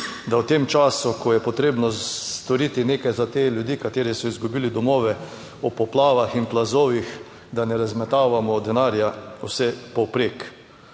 da v tem času, ko je potrebno storiti nekaj za te ljudi, kateri so izgubili domove ob poplavah in plazovih, da ne razmetavamo denarja vse povprek.